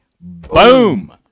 boom